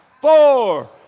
four